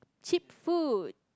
cheap food